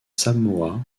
samoa